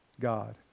God